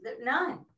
None